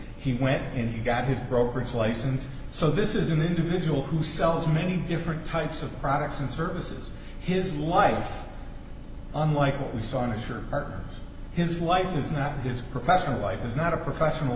he went in he got his broker's license so this is an individual who sells many different types of products and services his life unlike what we saw mr art his life is not his professional life is not a professional